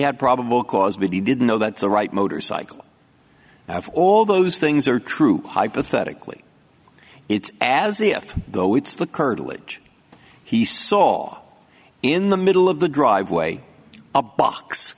had probable cause but he didn't know that's the right motorcycle have all those things are true hypothetically it's as if though it's the curtilage he saw in the middle of the driveway a box